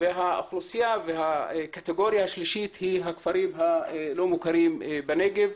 האוכלוסייה והקטגוריה השלישית היא הכפרים הלא-מוכרים בנגב,